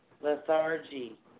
lethargy